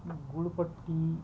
गुळपट्टी